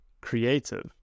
creative